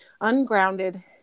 ungrounded